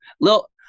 little